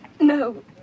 No